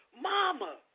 Mama